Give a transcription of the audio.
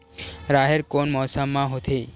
राहेर कोन मौसम मा होथे?